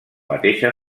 mateixa